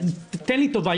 תעשה לי טובה,